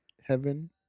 Heaven